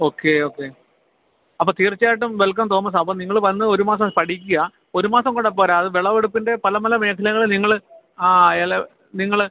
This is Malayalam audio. ഓക്കേ ഓക്കെ അപ്പം തീർച്ചയായിട്ടും വെൽക്കം തോമസ് അപ്പം നിങ്ങൾ വന്ന് ഒരു മാസം പഠിക്കുക ഒരു മാസം കൂടെപ്പോരുക അത് വിളവെടുപ്പിൻ്റെ പല പല മേഖലകൾ നിങ്ങൾ ആ ഇല നിങ്ങൾ